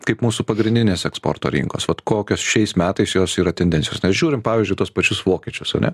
kaip mūsų pagrindinės eksporto rinkos vat kokios šiais metais jos yra tendencijos nes žiūrim pavyzdžiui tuos pačius vokiečius ane